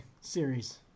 series